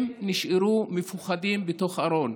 הם נשארו מפוחדים בתוך ארון.